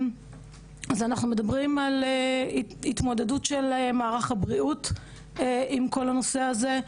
אז אנחנו מדברים על התמודדות של מערך הבריאות עם כל הנושא הזה,